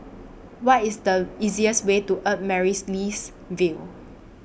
What IS The easiest Way to Amaryllis Ville